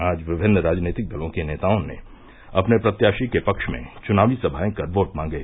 आज विभिन्न राजनीतिक दलों के नेताओं ने अपने प्रत्याशी के पक्ष में च्नावी सभायें कर वोट मांगे